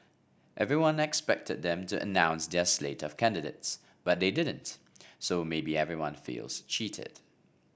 everyone expected them to announce their slate of candidates but they didn't so maybe everyone feels cheated